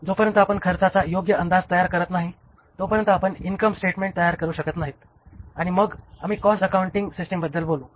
जोपर्यंत आपण खर्चाचा योग्य अंदाज तयार करत नाही तोपर्यंत आपण इनकम स्टेटमेंट तयार करू शकत नाही मग आम्ही कॉस्ट अकाउंटिंग सिस्टिमबद्दल बोलू